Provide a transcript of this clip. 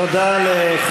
תעזור לנו, תצביע בעדה.